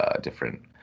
different